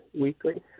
weekly